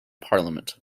parliament